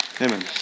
amen